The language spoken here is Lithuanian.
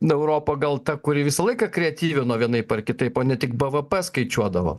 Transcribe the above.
na europa gal ta kuri visą laiką kreatyvi nu vienaip ar kitaip o ne tik b v p skaičiuodavo